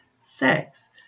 sex